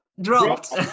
Dropped